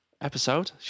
episode